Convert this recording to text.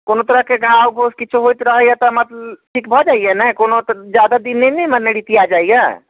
कोनो तरहके घाव घोस किछु होइत रहैया तऽ मत ठीक भऽ जाइया ने कोनो जादा दिन नहि ने रितिये जाइया